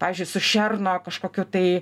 pavyzdžiui su šerno kažkokiu tai